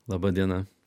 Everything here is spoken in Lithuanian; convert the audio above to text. laba diena